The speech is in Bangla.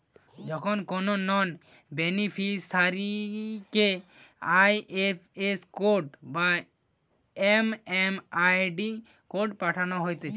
যখন কোনো নন বেনিফিসারিকে আই.এফ.এস কোড বা এম.এম.আই.ডি কোড পাঠানো হতিছে